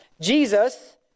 Jesus